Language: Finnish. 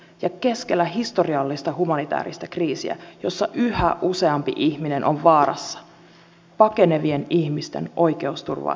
ja keskellä historiallista humanitääristä kriisiä jossa yhä useampi ihminen on vaarassa pakenevien ihmisten oikeusturvaa heikennetään